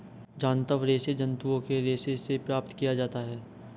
जांतव रेशे जंतुओं के रेशों से प्राप्त किया जाता है